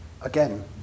Again